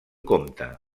compte